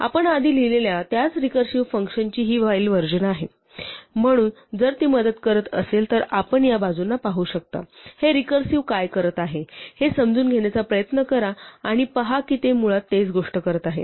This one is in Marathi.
आपण आधी लिहिलेल्या त्याच रिकर्सिव्ह फ़ंक्शन ची ही व्हाईल व्हर्जन आहे म्हणून जर ती मदत करत असेल तर आपण या बाजूंना पाहू शकता हे रिकर्सिव्ह काय करत आहे हे समजून घेण्याचा प्रयत्न करा आणि पहा की ते मुळात तेच गोष्ट करत आहेत